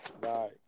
Bye